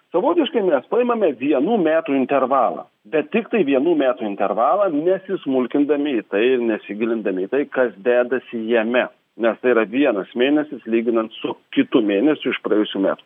savotiškai mes paimame vienų metų intervalą bet tiktai vienų metų intervalą nesismulkindami į tai ir nesigilindami į tai kas dedasi jame nes tai yra vienas mėnesis lyginant su kitu mėnesiu iš praėjusių metų